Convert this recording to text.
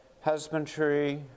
husbandry